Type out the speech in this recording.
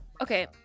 okay